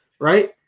right